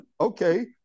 okay